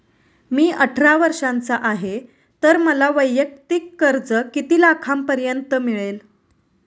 मी अठरा वर्षांचा आहे तर मला वैयक्तिक कर्ज किती लाखांपर्यंत मिळेल?